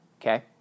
okay